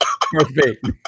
Perfect